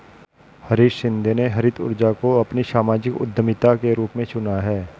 हरीश शिंदे ने हरित ऊर्जा को अपनी सामाजिक उद्यमिता के रूप में चुना है